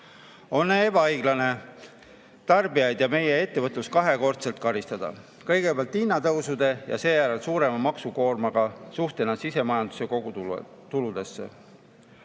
On ebaõiglane tarbijaid ja meie ettevõtlust kahekordselt karistada: kõigepealt hinnatõusudega ja seejärel suurema maksukoormaga [võrreldes] sisemajanduse kogutuluga.